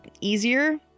easier